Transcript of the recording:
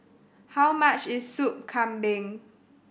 how much is Sup Kambing